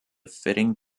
fitting